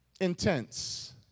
intense